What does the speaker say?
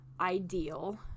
Ideal